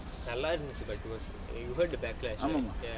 நல்லா இருந்துச்சு:nallaa irunthuchu but it was you heard the backlash right